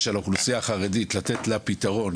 על אוכלוסייה חרדית כדי לתת לה פתרון.